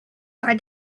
are